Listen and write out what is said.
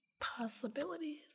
Possibilities